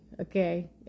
okay